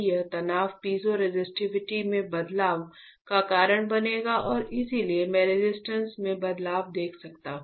यह तनाव piezo resistivity में बदलाव का कारण बनेगा और इसलिए मैं रेजिस्टेंस में बदलाव देख सकता हूं